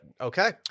Okay